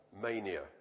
mania